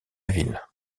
ville